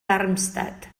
darmstadt